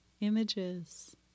images